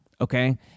okay